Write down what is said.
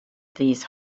these